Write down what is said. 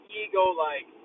ego-like